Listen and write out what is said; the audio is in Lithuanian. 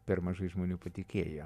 per mažai žmonių patikėjo